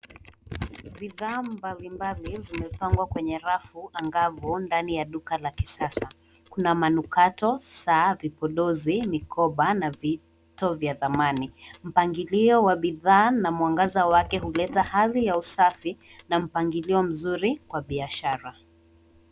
Bidhaa mbalimbali zimepangwa kwenye rafu angavu, ndani ya duka la kisasa. Kuna manukato, saa, vipodozi, mikoba na vito vya dhamani. Mpangilio wa bidhaa na mwangaza wake huleta hali ya usafi na mpangilio mzuri kwa biashara.